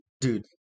dude